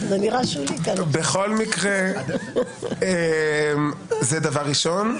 בכל מקרה זה דבר ראשון.